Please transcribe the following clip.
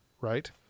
right